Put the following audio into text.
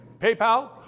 PayPal